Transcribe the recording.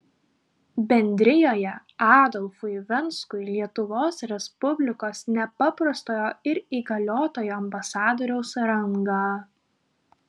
bendrijoje adolfui venskui lietuvos respublikos nepaprastojo ir įgaliotojo ambasadoriaus rangą